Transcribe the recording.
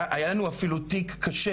היה לנו אפילו תיק קשה,